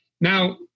Now